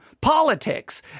politics